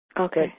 Okay